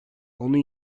onun